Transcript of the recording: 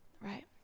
right